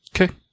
Okay